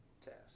test